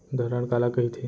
धरण काला कहिथे?